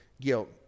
guilt